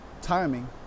timing